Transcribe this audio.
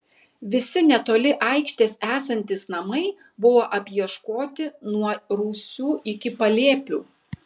visi netoli aikštės esantys namai buvo apieškoti nuo rūsių iki palėpių